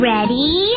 Ready